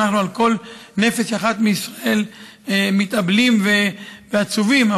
על כל נפש אחת מישראל אנחנו מתאבלים ועצובים,